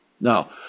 Now